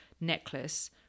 necklace